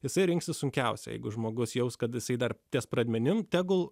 jisai rinksis sunkiausią jeigu žmogus jaus kad tasai dar ties pradmenim tegul